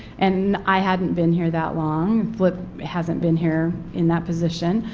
and i hadn't been here that long, flip hasn't been here in that position,